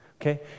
Okay